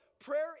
Prayer